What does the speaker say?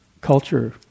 culture